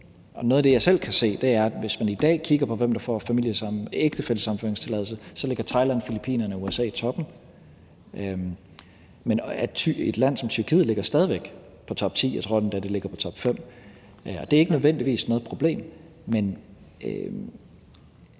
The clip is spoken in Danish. Noget af det, jeg selv kan se, hvis man i dag kigger på, hvem der får ægtefællesammenføringstilladelse, er, at Thailand, Filippinerne og USA ligger i toppen. At et land som Tyrkiet stadig væk ligger på topti – jeg tror endda, at det ligger på topfem – er ikke nødvendigvis noget problem, men